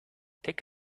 take